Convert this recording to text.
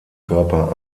körper